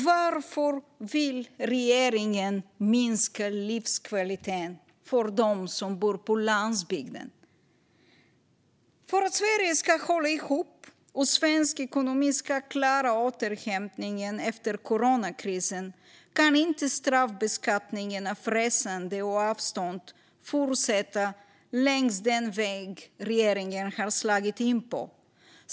Varför vill regeringen minska livskvaliteten för dem som bor på landsbygden? För att Sverige ska hålla ihop och svensk ekonomi klara återhämtningen efter coronakrisen kan inte straffbeskattningen av resande och avstånd fortsätta längs den väg som regeringen har slagit in på.